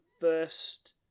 first